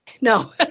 No